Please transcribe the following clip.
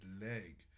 leg